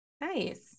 Nice